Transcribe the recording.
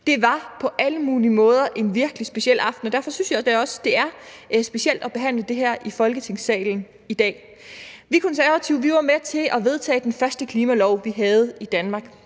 det var på alle mulige måder en virkelig speciel aften. Derfor synes jeg også, det er specielt at behandle det her i Folketingssalen i dag. Vi Konservative var med til at vedtage den første klimalov, vi havde i Danmark,